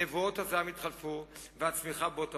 נבואות הזעם יתחלפו והצמיחה בוא תבוא.